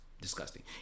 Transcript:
disgusting